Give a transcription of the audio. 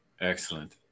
excellent